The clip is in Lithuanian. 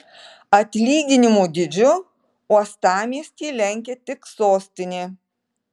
atlyginimų dydžiu uostamiestį lenkia tik sostinė